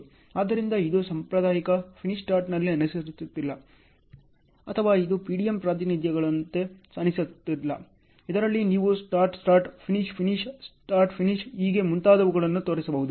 ಆದ್ದರಿಂದ ಇದು ಸಾಂಪ್ರದಾಯಿಕ ಫಿನಿಶ್ ಸ್ಟಾರ್ಟ್ನಲ್ಲಿ ಅನುಸರಿಸುತ್ತಿಲ್ಲ ಅಥವಾ ಇದು PDM ಪ್ರಾತಿನಿಧ್ಯಗಳಂತೆ ಅನುಸರಿಸುತ್ತಿಲ್ಲ ಇದರಲ್ಲಿ ನೀವು start start finish finish start finish ಹೀಗೆ ಮುಂತಾದವುಗಳನ್ನು ತೋರಿಸಬಹುದು